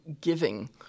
giving